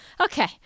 Okay